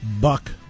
Buck